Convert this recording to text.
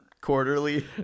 quarterly